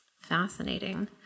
Fascinating